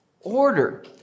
order